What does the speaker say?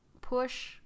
push